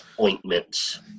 ointments